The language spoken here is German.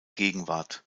gegenwart